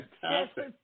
fantastic